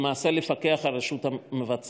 למעשה לפקח על הרשות המבצעת.